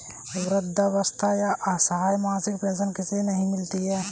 वृद्धावस्था या असहाय मासिक पेंशन किसे नहीं मिलती है?